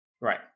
Right